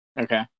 Okay